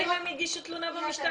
האם הן הגישו תלונה במשטרה.